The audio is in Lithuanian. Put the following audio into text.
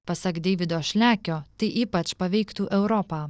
pasak deivido šlekio tai ypač paveiktų europą